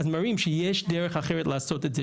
אז מראים שיש דרך אחרת לעשות את זה,